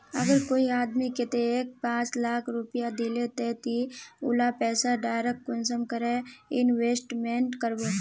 अगर कोई आदमी कतेक पाँच लाख रुपया दिले ते ती उला पैसा डायरक कुंसम करे इन्वेस्टमेंट करबो?